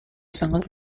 sangat